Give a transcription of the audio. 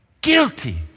Guilty